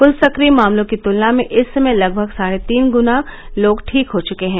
क्ल सक्रिय मामलों की तुलना में इस समय लगभग साढे तीन गुणा लोग ठीक हो चुके हैं